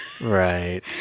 Right